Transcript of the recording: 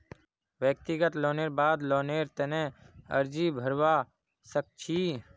व्यक्तिगत लोनेर बाद लोनेर तने अर्जी भरवा सख छि